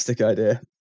idea